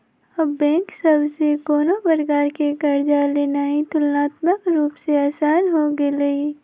अब बैंक सभ से कोनो प्रकार कें कर्जा लेनाइ तुलनात्मक रूप से असान हो गेलइ